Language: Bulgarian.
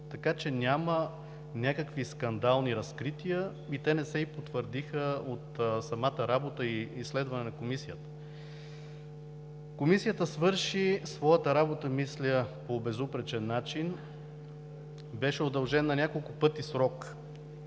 медия. Няма някакви скандални разкрития и те не се и потвърдиха от самата работа и изследване на Комисията. Комисията свърши своята работа, мисля, по безупречен начин. Беше удължен на няколко пъти срокът.